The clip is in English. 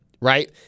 right